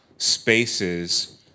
spaces